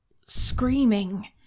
screaming